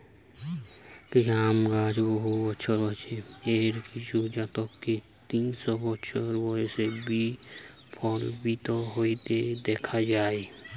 আম গাছ বহু বছর বাঁচে, এর কিছু জাতকে তিনশ বছর বয়সে বি ফলবতী হইতে দিখা যায়